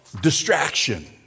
distraction